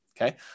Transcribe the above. okay